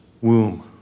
womb